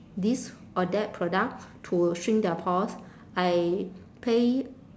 this or that product to shrink their pores I pay